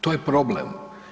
To je problem.